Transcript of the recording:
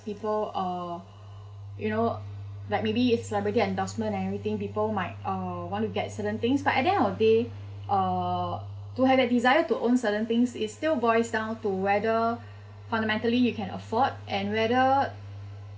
people uh you know like maybe it's celebrity endorsement and everything people might uh want to get certain things but at the end of the day uh to have the desire to own certain things is still boils down to whether fundamentally you can afford and whether